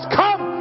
come